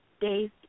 days